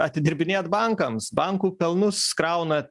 atidirbinėt bankams bankų pelnus krauna